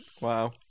Wow